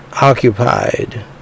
occupied